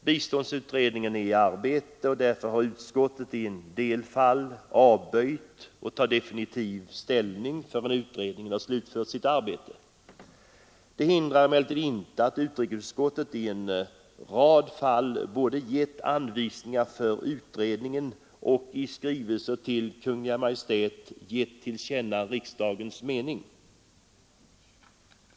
Biståndsutredningen är i arbete, och därför har utskottet i en del fall avböjt att ta definitiv ställning förrän utredningen slutfört sitt arbete. Det hindrar emellertid inte att utrikesutskottet i en rad fall både gett anvisningar för utredningen och i skrivelser till Kungl. Maj:t gett till känna riksdagens mening.